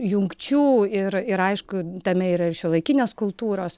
jungčių ir ir aišku tame yra ir šiuolaikinės kultūros